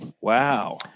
Wow